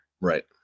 right